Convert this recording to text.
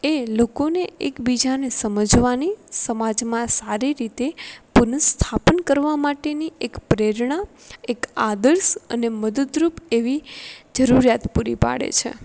એ લોકોને એકબીજાને સમજવાની સમાજમાં સારી રીતે પુનઃસ્થાપન કરવા માટેની એક પ્રેરણા એક આદર્શ અને મદદરૂપ એવી જરૂરિયાત પૂરી પાડે છે